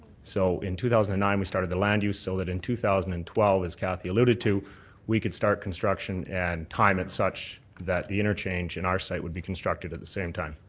so in two thousand and nine we started the land use so that in two thousand and twelve as kathy alluded to we could start construction and time it such that the interchange in our site would be constructed at the same time.